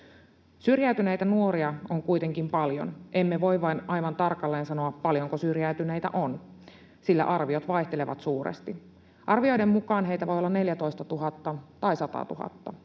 Syrjäytyneitä nuoria on kuitenkin paljon. Emme vain voi aivan tarkalleen sanoa, paljonko syrjäytyneitä on, sillä arviot vaihtelevat suuresti. Arvioiden mukaan heitä voi olla 14 000 tai 100 000.